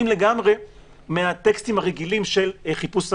לגמרי מן הטקסטים הרגילים של חיפוש עבודה.